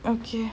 okay